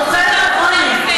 תחולת העוני,